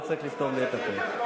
לא צריך לסתום לי את הפה.